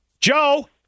Joe